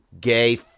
gay